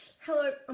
hello